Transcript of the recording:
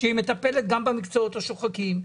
היא מטפלת גם במקצועות השוחקים,